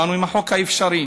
באנו עם החוק האפשרי.